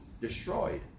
destroyed